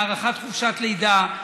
הארכת חופשת לידה,